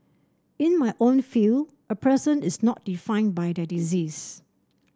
in my own field a person is not defined by their disease